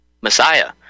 Messiah